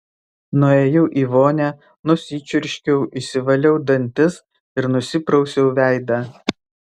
nuėjau į vonią nusičiurškiau išsivaliau dantis ir nusiprausiau veidą